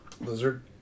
Lizard